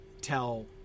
tell